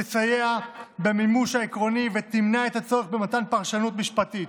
תסייע במימוש העקרוני ותמנע את הצורך במתן פרשנות משפטית.